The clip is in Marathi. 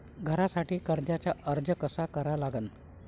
घरासाठी कर्जाचा अर्ज कसा करा लागन?